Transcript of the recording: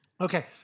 Okay